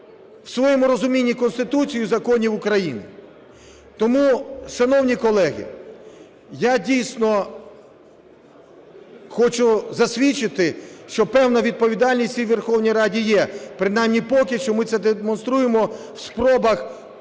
у своєму розумінні Конституції і законів України. Тому, шановні колеги, я дійсно хочу засвідчити, що певна відповідальність в цій Верховній Раді є, принаймні поки що ми це демонструємо в спробах